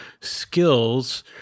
skills